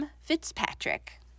Fitzpatrick